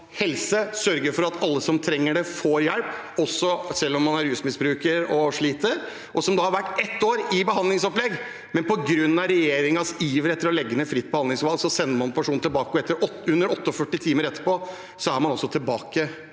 helse og sørge for at alle som trenger det, får hjelp, også om man er rusmisbruker, sliter og har vært et år i behandlingsopplegg. På grunn av regjeringens iver etter å legge ned fritt behandlingsvalg sender man personen hjem. Og under 48 timer etterpå er man altså tilbake